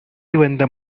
வந்த